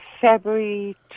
February